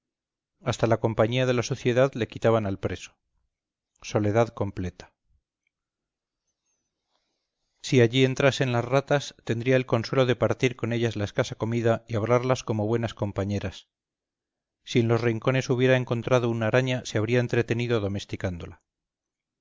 hasta la compañía de la suciedad le quitaban al preso soledad completa si allí entrasen ratas tendría el consuelo de partir con ellas la escasa comida y hablarlas como buenas compañeras si en los rincones hubiera encontrado una araña se habría entretenido